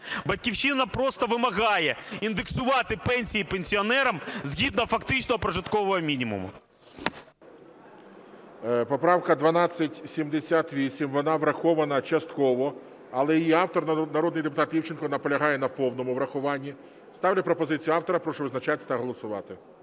"Батьківщина" просто вимагає індексувати пенсії пенсіонерам, згідно фактичного прожиткового мінімуму. ГОЛОВУЮЧИЙ. Поправка 1278, вона врахована частково, але її автор народний депутат Івченко наполягає на повному врахуванні. Ставлю пропозицію автора. Прошу визначатись та голосувати.